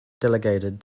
delegated